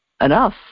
enough